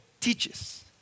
teaches